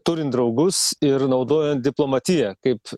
turint draugus ir naudojant diplomatiją kaip